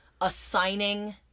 assigning